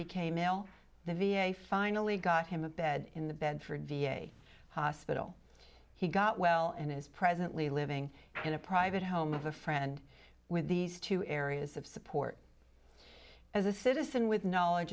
became ill the v a finally got him a bed in the bedford v a hospital he got well and is presently living in a private home of a friend with these two areas of support as a citizen with knowledge